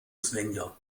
svenja